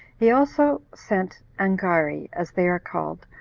he also sent angari, as they are called,